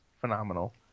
phenomenal